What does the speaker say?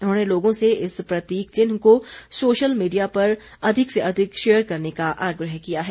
उन्होंने लोगों से इस प्रतीक चिन्ह को सोशल मीडिया पर अधिक से अधिक शेयर करने का आग्रह किया है